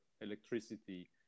electricity